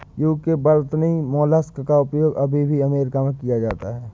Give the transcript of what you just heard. UK वर्तनी mollusc का उपयोग अभी भी अमेरिका में किया जाता है